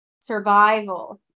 survival